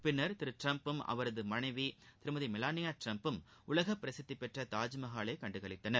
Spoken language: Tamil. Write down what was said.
பின்னர் திரு ட்டிரம்பும் அவரது மனைவி திருமதி மெலாளியா ட்டிரம்பும் உலக பிரசித்திபெற்ற தாஜ்மஹாலை கண்டுகளித்தார்